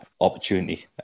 opportunity